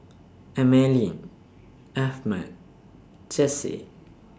Emaline Ahmed Jessy